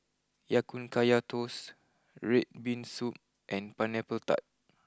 Ya Kun Kaya Toast Red Bean Soup and Pineapple Tart